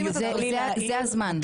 זה הזמן.